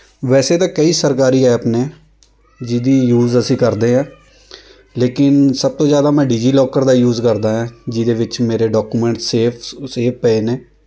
ਵੈਸੇ ਤਾਂ ਕਈ ਸਰਕਾਰੀ ਐਪ ਨੇ ਜਿਹਦੀ ਯੂਜ਼ ਅਸੀਂ ਕਰਦੇ ਹੈ ਲੇਕਿਨ ਸਭ ਤੋਂ ਜ਼ਿਆਦਾ ਮੈਂ ਡਿਜੀਲੋਕਰ ਦਾ ਯੂਜ਼ ਕਰਦਾ ਆ ਜਿਹਦੇ ਵਿੱਚ ਮੇਰੇ ਡੋਕੂਮੈਂਟਸ ਸੇਫ ਸੇਫ ਪਏ ਨੇ